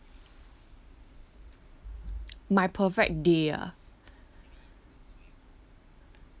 my perfect day ah